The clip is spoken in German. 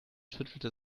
schüttelte